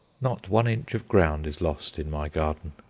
not one inch of ground is lost in my garden.